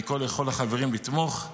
אני קורא לכל החברים לתמוך.